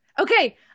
Okay